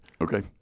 Okay